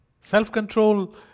Self-control